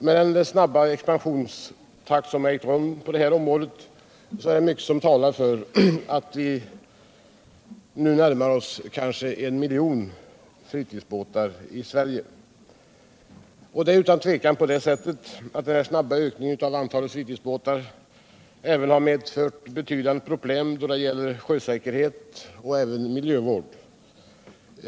Med den snabba expansion som ägt rum på detta område talar Mycket för att antalet sådana båtar i Sverige nu närmar sig miljonen. Det är utan tvivel på det sättet att denna snabba ökning av antalet fritidsbåtar även har medfört betydande problem då det gäller så vil sjösäkerheten som miljövården.